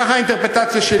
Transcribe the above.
ככה האינטרפרטציה שלי.